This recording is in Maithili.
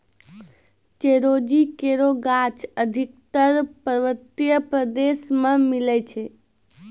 चिरौंजी केरो गाछ अधिकतर पर्वतीय प्रदेश म मिलै छै